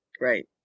Right